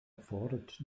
erfordert